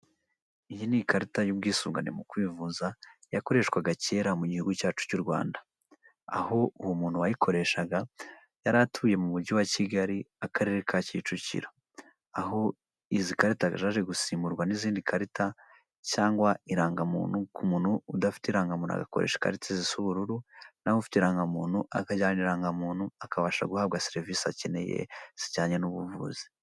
Iyi ni ikarita y'ubwisungane mu kwivuza yakoreshwaga kera mu gihugu cyacu cy'u Rwanda, aho uwo muntu wayikoreshaga yari atuye mu mujyi wa Kigali Akarere ka Kicukiro, aho izi karita zaje gusimburwa n'izindi karita cyangwa irangamuntu ku muntu udafite irangamuntu agakoresha ikarita zisa ubururu, naho ufite irangamuntu akajyana irangamuntu akabasha guhabwa serivisi akeneye zijyanye n'ubuvuzi.